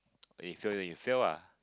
if you fail then you fail ah